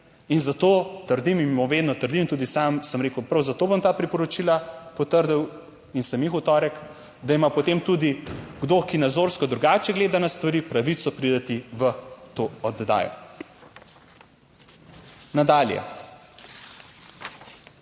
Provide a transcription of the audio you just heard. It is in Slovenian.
in zato trdim in vedno trdim in tudi sam sem rekel prav, zato bom ta priporočila potrdil in sem jih v torek, da ima potem tudi kdo, ki nazorsko drugače gleda na stvari, pravico priti v to oddajo. Nadalje.